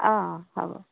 অঁ অঁ হ'ব